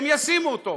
ישימו אותו.